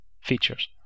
features